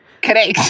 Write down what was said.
correct